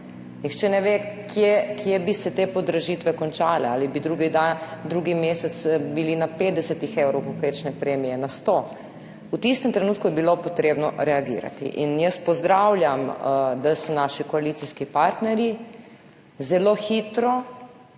Nihče ne ve, kje bi se te podražitve končale, ali bi drugi mesec bili na 50 evrov povprečne premije, na 100 evrov. V tistem trenutku je bilo potrebno reagirati in jaz pozdravljam, da so naši koalicijski partnerji zelo hitro